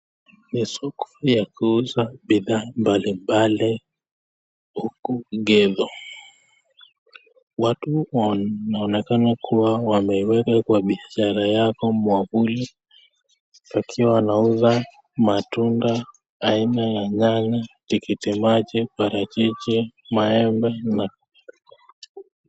Ni soko ya kuuza bidhaa mbalimbali huku githu, watu wanaonekana kuwa wameweka kwa biashara yao mwavuli wakiwa wanauza matunda aina ya nyanya, tikiti maji, parachichi, maembe na ...